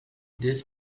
this